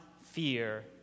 fear